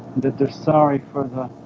that they're sorry for the